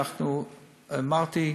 אמרתי: